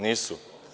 Nisu.